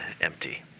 empty